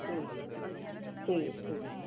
ठीक ठीक ऐ ठीक